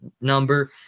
number